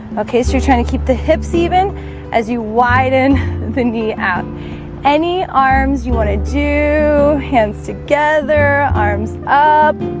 okay, so you're trying to keep the hips even as you widen the knee out any arms you want to do? hands together arms up